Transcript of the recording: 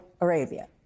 Arabia